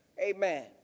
Amen